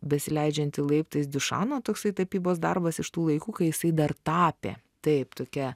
besileidžianti laiptais diušano toksai tapybos darbas iš tų laikų kai jisai dar tapė taip tokia